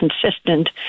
consistent